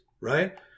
right